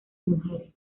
mujeres